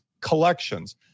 Collections